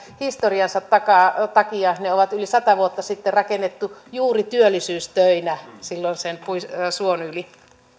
historiansa takia ne on yli sata vuotta sitten rakennettu juuri työllisyystöinä silloisen suon yli